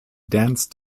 dance